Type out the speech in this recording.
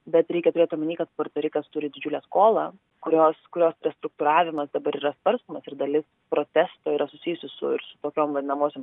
bet reikia turėt omeny kad puerto rikas turi didžiulę skolą kurios kurios destruktūravimas dabar yra svarstomas ir dalis protesto yra susijusi su tokiom vadinamosiom